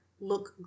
look